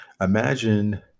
Imagine